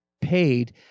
paid